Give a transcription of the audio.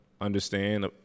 understand